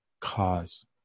cause